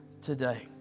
today